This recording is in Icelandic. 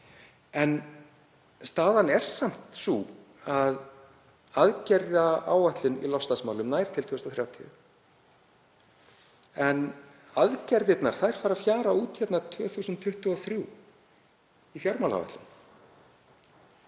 en staðan er samt sú að aðgerðaáætlun í loftslagsmálum nær til 2030 en aðgerðirnar fara að fjara út árið 2023 í fjármálaáætlun.